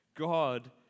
God